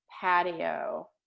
patio